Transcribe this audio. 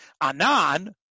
Anan